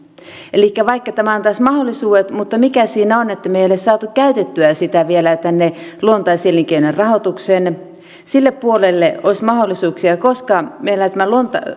elikkä vaikka tämä antaisi mahdollisuudet niin mikä siinä on että me emme ole saaneet käytettyä sitä vielä tänne luontais elinkeinojen rahoitukseen sille puolelle olisi mahdollisuuksia koska meillä